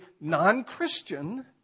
non-Christian